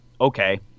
Okay